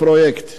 אני מודה,